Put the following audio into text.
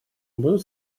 будут